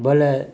ବେଲେ